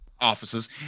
offices